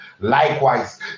Likewise